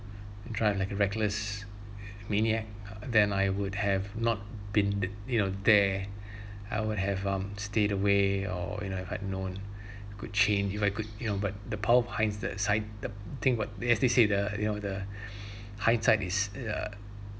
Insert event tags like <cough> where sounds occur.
drive like a reckless maniac uh then I would have not been you know there <breath> I would have um stayed away or you know if I had known <breath> could change if I could you know but the power of hind that side the thing what they as they say the you know the <breath> hindsight is uh